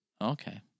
Okay